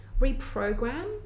reprogram